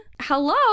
hello